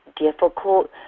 difficult